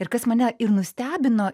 ir kas mane ir nustebino